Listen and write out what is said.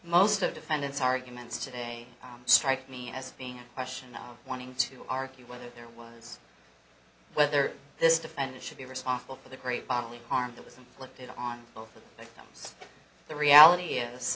most of defendants arguments today strike me as being a question of wanting to argue whether there was whether this defendant should be responsible for the great bodily harm that was inflicted on both of them the reality is